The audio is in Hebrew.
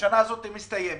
השנה הזאת מסתיימת,